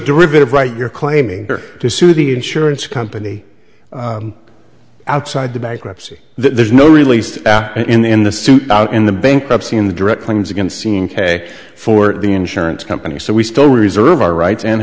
derivative right you're claiming to sue the insurance company outside the bankruptcy there's no released in the suit out in the bankruptcy in the direct claims against seen k for the insurance company so we still reserve our rights and